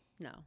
No